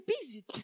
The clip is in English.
busy